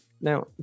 Now